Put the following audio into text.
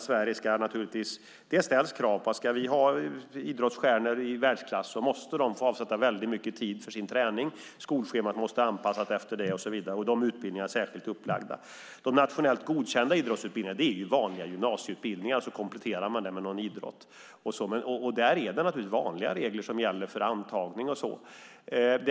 Ska vi ha idrottsstjärnor i världsklass måste de få avsätta mycket tid till sin träning och skolschemat måste anpassas efter det. De utbildningarna är särskilt upplagda. Å andra sidan har vi de nationellt godkända idrottsutbildningarna. De är vanliga gymnasieutbildningar som man kompletterar med någon idrott. Där gäller naturligtvis vanliga regler för antagning och sådant.